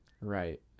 Right